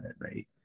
right